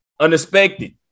unexpected